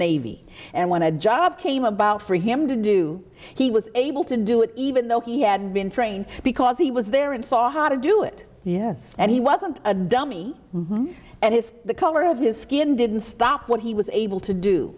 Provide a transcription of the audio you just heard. navy and went to job came about for him to do he was able to do it even though he had been trained because he was there and saw how to do it yes and he wasn't a dummy mom and his the color of his skin didn't stop what he was able to do